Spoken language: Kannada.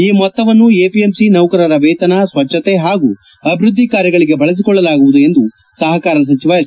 ಈ ಮೊತ್ತವನ್ನು ಎಪಿಎಂಸಿ ನೌಕರರ ವೇತನ ಸ್ವಚ್ಚತೆ ಹಾಗೂ ಅಭಿವೃದ್ದಿ ಕಾರ್ಯಗಳಿಗೆ ಬಳಸಿಕೊಳ್ಳಲಾಗುವುದು ಎಂದು ಸಹಕಾರ ಸಚಿವ ಎಸ್